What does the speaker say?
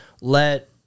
let